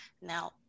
Now